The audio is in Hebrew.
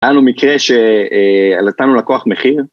‫היה לנו מקרה ש... ‫נתנו ללקוח מחיר.